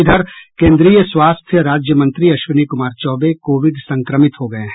इधर केन्द्रीय स्वास्थ्य राज्य मंत्री अश्विनी कुमार चौबे कोविड संक्रमित हो गये हैं